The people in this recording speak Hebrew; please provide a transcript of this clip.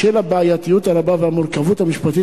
בשל הבעייתיות הרבה והמורכבות המשפטית